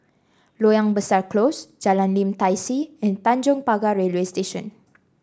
Loyang Besar Close Jalan Lim Tai See and Tanjong Pagar Railway Station